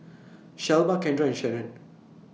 Shelba Kendra and Shannen